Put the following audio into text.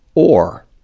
or